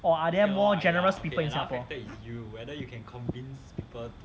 or are there more generous people in singapore